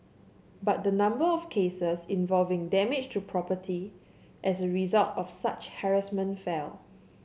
but the number of cases involving damage to property as a result of such harassment fell